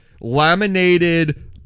laminated